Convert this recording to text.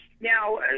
Now